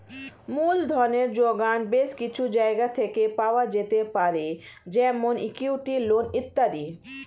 মূলধনের জোগান বেশ কিছু জায়গা থেকে পাওয়া যেতে পারে যেমন ইক্যুইটি, লোন ইত্যাদি